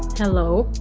hello